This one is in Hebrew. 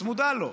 צמודה לו,